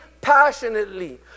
passionately